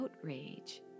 outrage